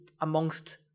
amongst